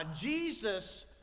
Jesus